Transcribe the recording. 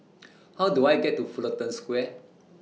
How Do I get to Fullerton Square